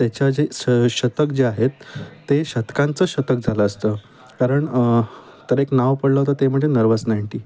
त्याच्या जे श शतक जे आहेत ते शतकांचं शतक झालं असतं कारण तर एक नाव पडलं होतं ते म्हणजे नर्वस नाईंटी